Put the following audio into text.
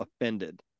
offended